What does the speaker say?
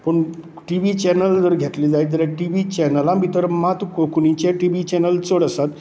पूण TV channel जर घेतले जायत जाल्यार टिव्ही चेनलां भितर मात कोंकणीचे टिव्ही चेनल चड आसात